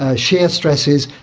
ah shear stresses,